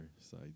side